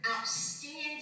outstanding